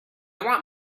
want